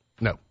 No